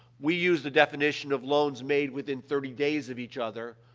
we use the definition of loans made within thirty days of each other,